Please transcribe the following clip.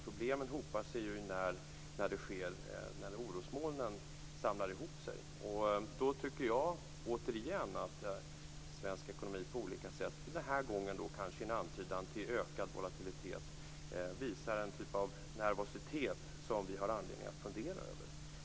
Problemen hopar sig när orosmolnen samlar ihop sig. Då tycker jag återigen att svensk ekonomi på olika sätt, den här gången kanske med en antydan till ökad volatilitet, visar en typ av nervositet som vi har anledning att fundera över.